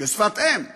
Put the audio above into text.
כשפת אם?